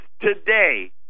today